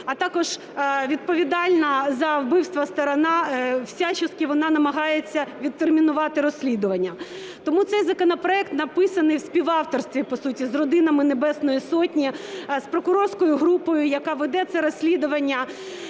а також відповідальна за вбивства сторона, всячески вона намагається відтермінувати розслідування. Тому цей законопроект написаний в співавторстві по суті з родинами Небесної Сотні, з прокурорською групою, яка веде це розслідування.